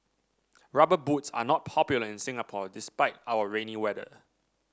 Rubber Boots are not popular in Singapore despite our rainy weather